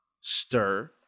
stir